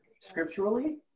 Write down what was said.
Scripturally